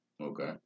Okay